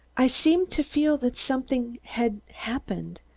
i seemed to feel that something had happened.